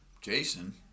jason